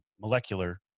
molecular